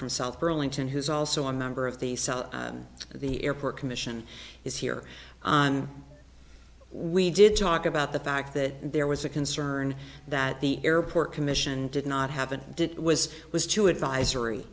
across south burlington who's also a member of the cell at the airport commission is here on we did talk about the fact that there was concern that the airport commission did not have and did was was to advisory